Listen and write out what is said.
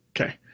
Okay